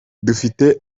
dufite